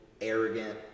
arrogant